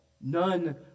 None